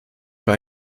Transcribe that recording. für